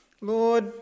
Lord